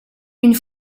une